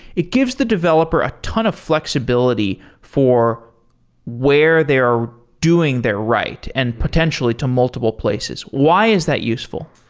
it gives the developer a ton of flexibility for where they're doing their write and potentially to multiple places. why is that useful?